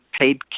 paid